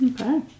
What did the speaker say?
Okay